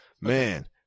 Man